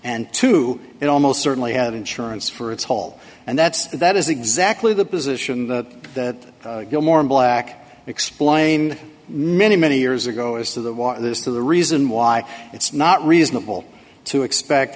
and two it almost certainly had insurance for its whole and that's that is exactly the position that gilmore in black explained many many years ago is to the water is to the reason why it's not reasonable to expect